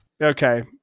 Okay